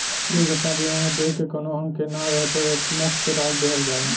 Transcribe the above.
दुर्घटना बीमा में देह क कउनो अंग के न रहे पर एकमुश्त राशि दिहल जाला